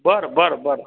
बरं बरं बरं